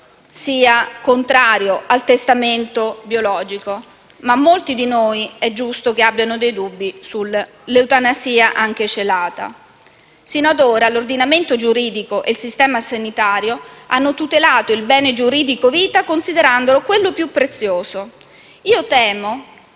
sia contrario al testamento biologico, ma è giusto che molti di noi abbiano dubbi sull'eutanasia, anche celata. Sino ad ora l'ordinamento giudico e il sistema sanitario hanno tutelato il bene giuridico vita considerandolo il più prezioso. Temo